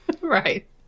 Right